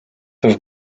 have